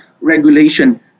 regulation